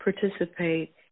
participate